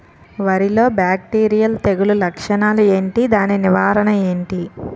వరి లో బ్యాక్టీరియల్ తెగులు లక్షణాలు ఏంటి? దాని నివారణ ఏంటి?